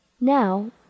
now